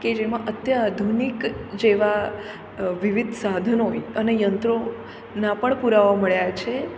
કે જેમાં અત્ય આધુનિક જેવા વિવિધ સાધનો અને યંત્રો ના પણ પુરાવા મળ્યા છે